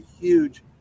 huge